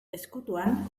ezkutuan